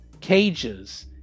cages